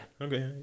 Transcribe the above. okay